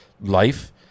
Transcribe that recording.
life